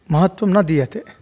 महत्वं न दीयते